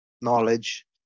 knowledge